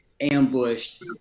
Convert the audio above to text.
ambushed